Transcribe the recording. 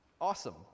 Awesome